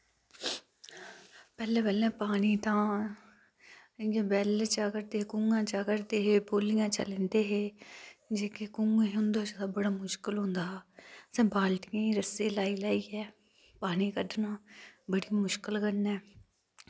पैह्लैं पैह्लैं पानी तां इ'यां वेल्ल चा कड़दे हे कुऐं चा कड़दे हे बोलियें चा लेंदे हे जेह्के कुऐं हे उंदे च ते बड़ा मुशकल होंदे हा असैं बाल्टियें रस्से लाई लाईयै पानी कड्डना बड़ी मुशकल कन्नै